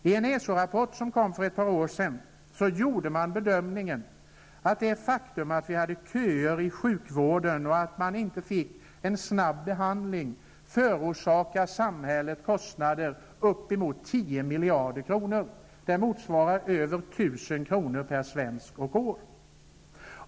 I en hälsorapport som kom för ett par år sedan gjorde man bedömningen att det faktum att vi har köer i sjukvården och att man inte får en snabb behandling förorsakar samhället kostnader på uppemot tio miljarder kronor. Det motsvarar över 1 000 kr. per svensk och år.